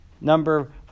number